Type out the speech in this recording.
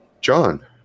John